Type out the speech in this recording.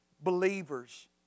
believers